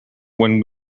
when